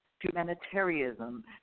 humanitarianism